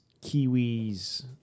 kiwis